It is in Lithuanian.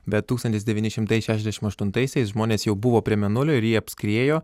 bet tūkstantis devyni šimtai šešiasdešim aštuntaisiais žmonės jau buvo prie mėnulio ir jį apskriejo